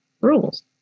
Rules